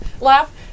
laugh